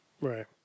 Right